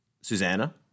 Susanna